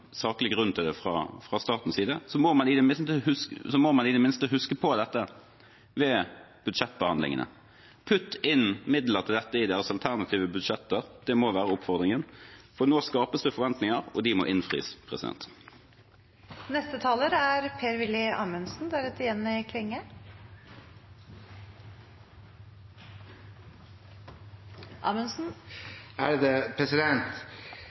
saklig grunn til det fra statens side, må man i det minste huske på dette ved budsjettbehandlingene: Putt inn midler til dette i deres alternative budsjetter, det må være oppfordringen, for nå skapes det forventninger, og de må innfris. Våpenloven kan man ha mange meninger om. Fremskrittspartiet satt i regjering da loven ble fremmet. Det betyr ikke nødvendigvis at det er